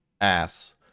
ass